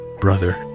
brother